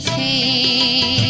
a